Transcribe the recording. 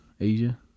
Asia